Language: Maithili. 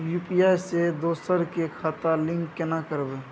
यु.पी.आई से दोसर के खाता लिंक केना करबे?